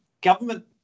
government